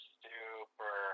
super